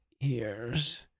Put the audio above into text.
ears